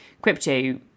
crypto